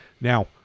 Now